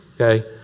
okay